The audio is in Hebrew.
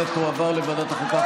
ותועבר לוועדת החוקה,